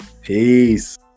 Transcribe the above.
Peace